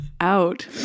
out